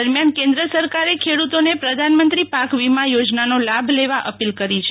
દરમિયાન કેન્દ્ર સરકારે ખેડૂતોને પ્રધાનમંત્રી પાક વીમા યોજનાનો લાભ લેવા અપીલ કરી છે